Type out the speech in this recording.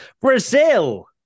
Brazil